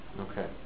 Okay